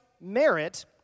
merit